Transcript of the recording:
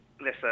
Listen